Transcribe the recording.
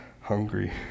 hungry